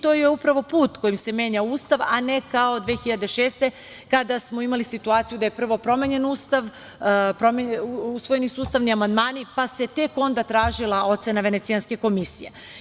To je upravo put kojim se menja Ustav, a ne kao 2006. godine kada smo imali situaciju da je prvo promenjen Ustav, usvojeni ustavni amandmani, pa se tek onda tražila ocena Venecijanske komisije.